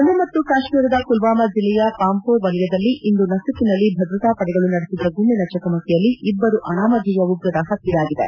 ಜಮ್ನು ಮತ್ನು ಕಾಶ್ನೀರದ ಪುಲ್ನಾಮಾ ಜಿಲ್ಲೆಯ ಪಾಂಪೋರ್ ವಲಯದಲ್ಲಿ ಇಂದು ನಸುಕಿನಲ್ಲಿ ಭದ್ರತಾಪಡೆಗಳು ನಡೆಸಿದ ಗುಂಡಿನ ಚಕಮಕಿಯಲ್ಲಿ ಇಬ್ಲರು ಅನಾಮಧೇಯ ಉಗ್ರರ ಹತ್ನೆಯಾಗಿದೆ